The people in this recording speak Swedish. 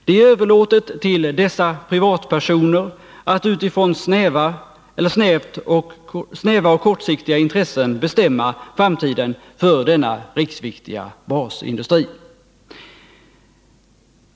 Det är överlåtet till dessa privatpersoner att utifrån snäva och kortsiktiga intressen bestämma framtiden för denna riksviktiga basindustri.